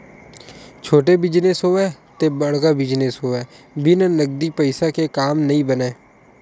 छोटे बिजनेस होवय ते बड़का बिजनेस होवय बिन नगदी पइसा के काम नइ बनय